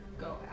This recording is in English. Go